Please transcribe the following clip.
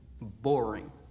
boring